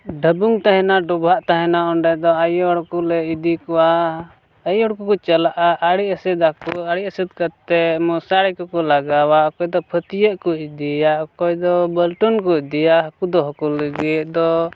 ᱰᱟᱹᱵᱷᱩᱝ ᱛᱟᱦᱮᱱᱟ ᱰᱚᱵᱷᱟᱜ ᱛᱟᱦᱮᱱᱟ ᱚᱸᱰᱮ ᱫᱚ ᱟᱭᱳ ᱦᱚᱲ ᱠᱚᱞᱮ ᱤᱫᱤ ᱠᱚᱣᱟ ᱟᱭᱳ ᱦᱚᱲ ᱠᱚᱠᱚ ᱪᱟᱞᱟᱜᱼᱟ ᱟᱲᱮ ᱮᱥᱮᱫᱟ ᱠᱚ ᱟᱲᱮ ᱮᱥᱮᱫ ᱠᱟᱛᱮᱫ ᱢᱚᱥᱟᱨᱤ ᱠᱚ ᱠᱚ ᱞᱟᱜᱟᱣᱟ ᱚᱠᱚᱭ ᱫᱚ ᱯᱷᱟᱹᱛᱭᱟᱹᱜ ᱠᱚ ᱠᱚ ᱤᱫᱤᱭᱟ ᱚᱠᱚᱭ ᱫᱚ ᱵᱟᱹᱞᱴᱚᱱ ᱠᱚ ᱤᱫᱤᱭᱟ ᱦᱟᱹᱠᱩ ᱫᱚᱦᱚ ᱠᱚ ᱞᱟᱹᱜᱤᱫ ᱫᱚ